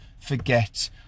forget